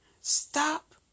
Stop